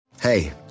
Hey